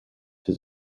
his